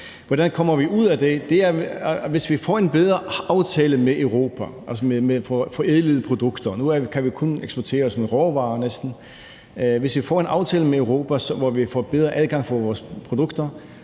Hvordan kommer vi ud af det? Hvis vi får en bedre aftale med Europa, altså om forædlede produkter – nu kan vi næsten kun eksportere råvarer – hvor vi får bedre adgang for vores produkter,